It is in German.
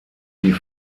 die